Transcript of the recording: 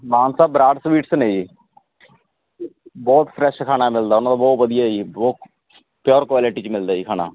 Mansa Brar sweets ਨੇ ਜੀ ਬਹੁਤ ਫਰੈਸ਼ ਖਾਣਾ ਮਿਲਦਾ ਉਹਨਾਂ ਦਾ ਬਹੁਤ ਵਧੀਆ ਜੀ ਬਹੁਤ ਪਿਓਰ ਕੁਆਲਟੀ 'ਚ ਮਿਲਦਾ ਜੀ ਖਾਣਾ